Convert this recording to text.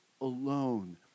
alone